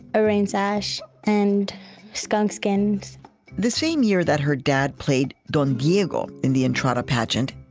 a rain sash and skunk skins the same year that her dad played don diego in the entrada pageant,